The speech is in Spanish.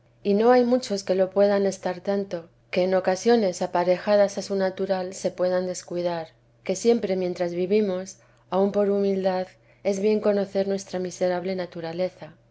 y no hay muchos que lo puedan estar tanto que en ocasiones aparejadas a su natural se puedan descuidar que siempre mientras vivimos aun por humildad es bien conocer nuestra miserable naturaleza